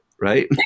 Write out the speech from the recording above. right